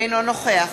אינו נוכח